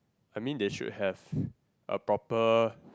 I mean they should have a proper